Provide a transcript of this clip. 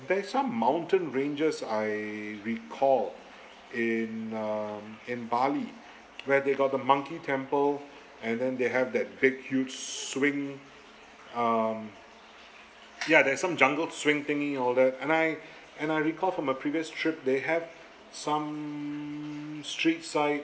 there is some mountain ranges I recall in um in bali where they got the monkey temple and then they have that big huge swing um ya there's some jungle swing thingy over there and I and I recall from a previous trip they have some street side